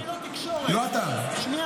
אני לא תקשורת, אני נציג ציבור.